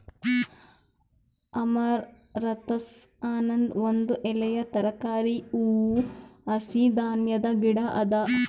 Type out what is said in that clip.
amaranthus ಅನದ್ ಒಂದ್ ಎಲೆಯ ತರಕಾರಿ, ಹೂವು, ಹಸಿ ಧಾನ್ಯದ ಗಿಡ ಅದಾ